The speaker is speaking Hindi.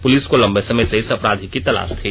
पुलिस को लंबे समय से इस अपराधी की तलाश थी